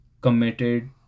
committed